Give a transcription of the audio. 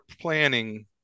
planning